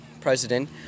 president